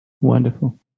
Wonderful